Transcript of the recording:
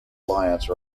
alliance